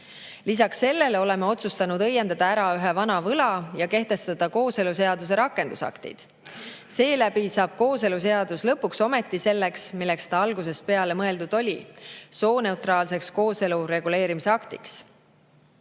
Lisaks sellele oleme otsustanud õiendada ära ühe vana võla ja kehtestada kooseluseaduse rakendusaktid. Seeläbi saab kooseluseadus lõpuks ometi selleks, milleks ta algusest peale mõeldud oli: sooneutraalseks kooselu reguleerimise aktiks.